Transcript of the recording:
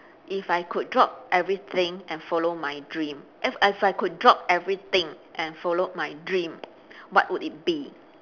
if I could drop everything and follow my dream if if I could drop everything and follow my dream what would it be